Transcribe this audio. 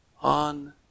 on